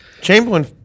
Chamberlain